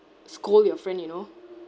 scold your friend you know